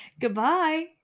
Goodbye